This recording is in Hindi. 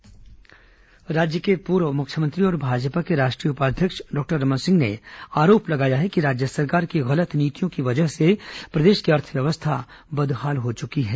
रमन सिंह आरोप राज्य के पूर्व मुख्यमंत्री और भाजपा के राष्ट्रीय उपाध्यक्ष डॉक्टर रमन सिंह ने आरोप लगाया है कि राज्य सरकार की गलत नीतियों की वजह से प्रदेश की अर्थव्यवस्था बदहाल हो चुकी है